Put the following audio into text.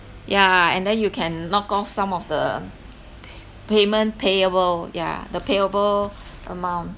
yeah and then you can knock off some of the payment payable yeah the payable amount